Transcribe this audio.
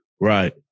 Right